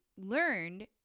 learned